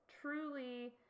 truly